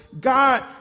God